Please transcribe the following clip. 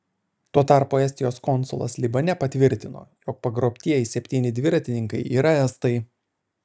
tuo tarpu estijos konsulas libane patvirtino jog pagrobtieji septyni dviratininkai yra estai